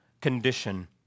condition